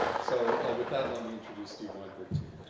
so with that, let me introduce steve weinberg to